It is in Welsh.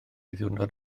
ddiwrnod